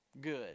Good